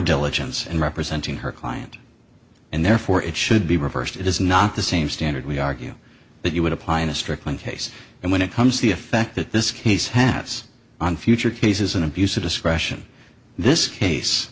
diligence in representing her client and therefore it should be reversed it is not the same standard we argue that you would apply in a strickland case and when it comes to the effect that this case hats on future cases an abuse of discretion this case